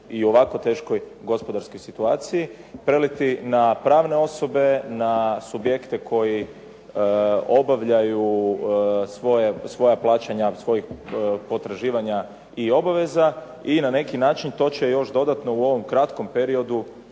u ovako teškoj gospodarskoj situaciji, preliti na pravne osobe, na subjekte koji obavljaju svoja plaćanja svojih potraživanja i obaveza i na neki način to će još dodatno u ovom kratkom periodu